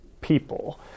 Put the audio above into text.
people